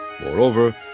Moreover